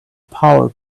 power